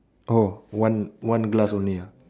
oh one one glass only ah